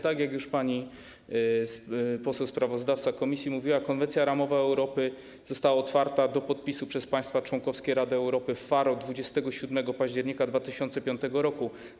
Tak jak już pani poseł sprawozdawca komisji mówiła, Konwencja ramowa Rady Europy została otwarta do podpisu przez państwa członkowskie Rady Europy w Faro 27 października 2005 r.